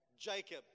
Jacob